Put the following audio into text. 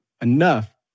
enough